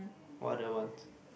what the wants